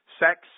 Sex